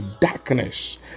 darkness